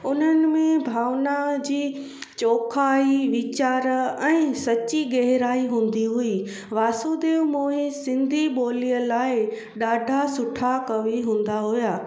उन्हनि में भावना जी चोखाई वीचार ऐं सची गहिराई हूंदी हुई वासुदेव मोही सिंधी ॿोलीअ लाइ ॾाढा सुठा कवि हूंदा हुआ